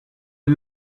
the